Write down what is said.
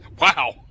Wow